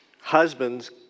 husbands